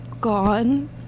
gone